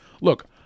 Look